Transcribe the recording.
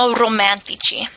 romantici